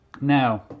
Now